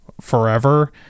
forever